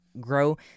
Grow